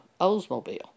Oldsmobile